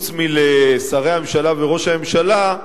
חוץ משרי הממשלה וראש הממשלה,